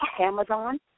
Amazon